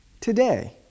today